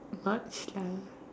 not shy